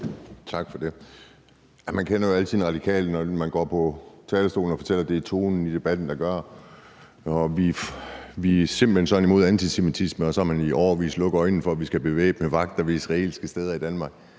Tak for det. Man kan altid kende Radikale, når de går på talerstolen og fortæller, at det er tonen i debatten, der gør det, at de simpelt hen er sådan imod antisemitisme, og at så har de i årevis lukket øjnene for, at vi skal have bevæbnede vagter ved israelske steder i Danmark.